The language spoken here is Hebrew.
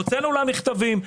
הוצאנו לה מכתבים,